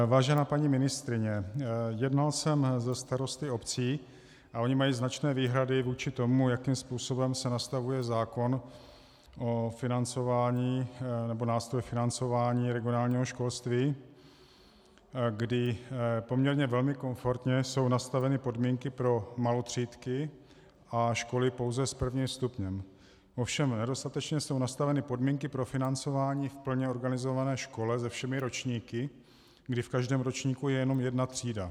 Vážená paní ministryně, jednal jsem se starosty obcí a oni mají značné výhrady vůči tomu, jakým způsobem se nastavuje zákon o financování nebo nástroje financování regionálního školství, kdy poměrně velmi komfortně jsou nastaveny podmínky pro malotřídky a školy pouze s prvním stupněm, ovšem nedostatečně jsou nastaveny podmínky pro financování k plně organizované škole se všemi ročníky, kdy v každém ročníku je jenom jedna třída.